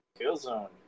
Killzone